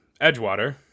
Edgewater